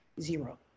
Zero